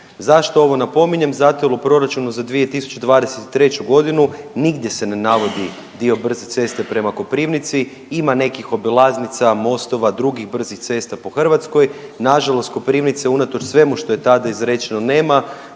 Zašto ovo napominjem? Zato jer u proračunu za 2023. godinu nigdje se ne navodi dio brze ceste prema Koprivnici. Ima nekih obilaznica, mostova, drugih brzih cesta po Hrvatskoj. Na žalost Koprivnice unatoč svemu što je tada izrečeno nema,